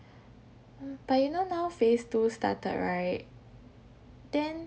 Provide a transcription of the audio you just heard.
hmm but you know now phase two started right then